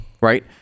right